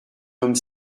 homme